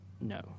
No